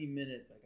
minutes